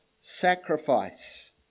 sacrifice